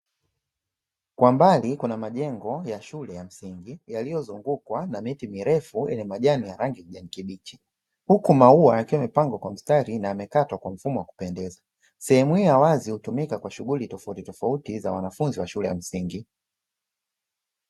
Kwa mbali kuna majengo ya shule ya msingi, yaliyozungukwa na miti mirefu yenye majani ya rangi ya kijani kibichi, huku maua yakiwa yamepangwa kwa mstari na yamekatwa kwa mfumo wa kupendeza. Sehemu hii ya wazi hutumika kwa shughuli tofautitofauti na wanafunzi wa shule ya msingi.